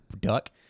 duck